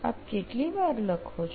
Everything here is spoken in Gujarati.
આપ કેટલી વાર લખો છો